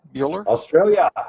Australia